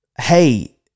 hey